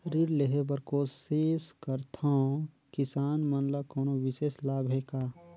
ऋण लेहे बर कोशिश करथवं, किसान मन ल कोनो विशेष लाभ हे का?